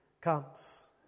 comes